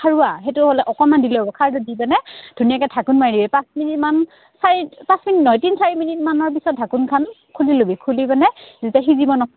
খাৰুৱা সেইটো হ'লে অকণমান দিলেও হ'ব খাৰটো দি পিনে ধুনীয়াকে ঢাকোন মাৰিবি পাঁচ মিনিটমান চাৰি পাঁচ মিনিট নহয় তিনি চাৰি মিনিটমানৰ পিছত ঢাকোন খুলি ল'বি খুলি পিনে যেতিয়া সিজিব